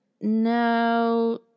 No